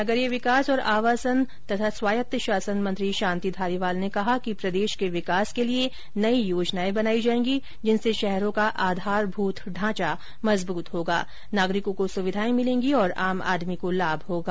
नगरीय विकास और आवासन स्वायत्त शासन मंत्री शांति धारीवाल ने कहा कि प्रदेश के विकास के लिए नई योजनाए बनाई जायेंगी जिनसे शहरों का आधारभूत ढांचा मजबूत होगा नागरिकों को सुविधाए मिलेंगी और आम आदमी को लाभ होगा